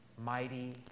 Mighty